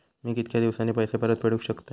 मी कीतक्या दिवसांनी पैसे परत फेडुक शकतय?